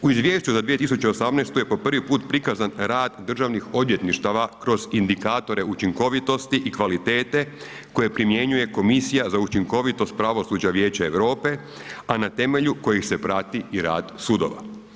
U Izvješću za 2018. je po prvi prikazan rad državnih odvjetništava kroz indikatore učinkovitosti i kvalitete koje primjenjuje Komisija za učinkovitost pravosuđa Vijeća Europe, a na temelju kojih se prati i rad sudova.